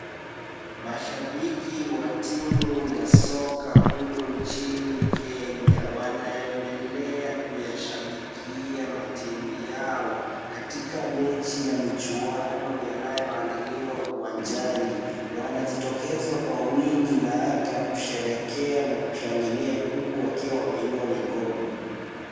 Mashabiki wa timu ya soka humu nchini Kenya wanaendelea kuyashabikia matimu yao katika mechi na michuano yanayoandaliwa uwanjani. Wanajitokeza kwa wingi na hata kusherehekea na kushangilia huku wakiwa wameinua mikono.